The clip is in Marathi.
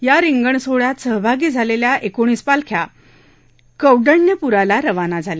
या रिंगण सोहळ्यात सहभागी झालेल्या एकोणीस पालख्या कौडण्यपुराला रवाना झाल्या